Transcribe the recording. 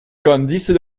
grandissent